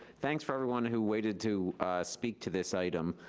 thanks for everyone who waited to speak to this item.